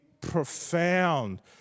profound